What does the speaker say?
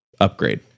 upgrade